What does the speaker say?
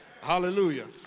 Hallelujah